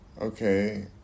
Okay